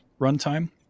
runtime